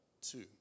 two